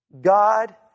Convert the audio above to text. God